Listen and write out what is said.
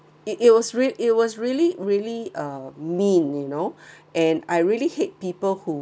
it it was real it was really really uh mean you know and I really hate people who